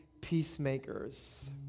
peacemakers